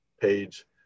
page